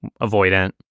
avoidant